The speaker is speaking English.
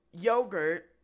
yogurt